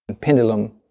pendulum